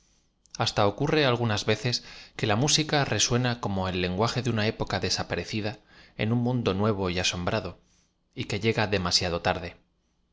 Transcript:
hasta ocurre algunas veces que la música resuena como ei lenguaje de una ópoca desaparecida en un mundo nuevo y asombrado y que lle g a demasiado tarde